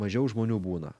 mažiau žmonių būna